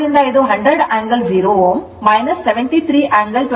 ಆದ್ದರಿಂದ ಇದು 100 angle 0 Ω 73